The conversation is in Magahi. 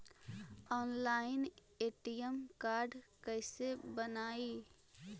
ऑनलाइन ए.टी.एम कार्ड कैसे बनाई?